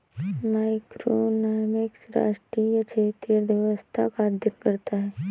macroeconomics राष्ट्रीय या क्षेत्रीय अर्थव्यवस्था का अध्ययन करता है